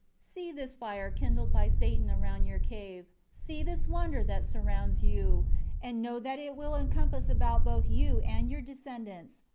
see this fire kindled by satan around your cave see this wonder that surrounds you and know that it will encompass about both you and your descendants,